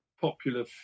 popular